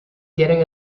getting